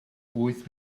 wyth